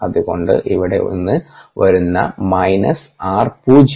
അത്കൊണ്ട് ഇവിടെ നിന്ന് വരുന്ന മൈനസ് r പൂജ്യം